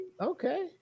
Okay